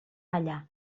allà